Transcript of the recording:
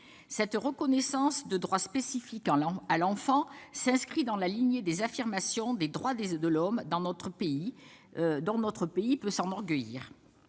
Cette reconnaissance de droits spécifiques à l'enfant s'inscrit dans la lignée de l'affirmation des droits de l'homme, dont notre pays peut s'enorgueillir